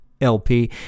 LP